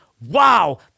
wow